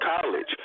college